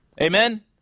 Amen